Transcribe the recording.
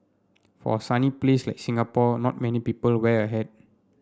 for a sunny place like Singapore not many people wear a hat